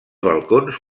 balcons